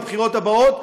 בבחירות הבאות,